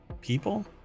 people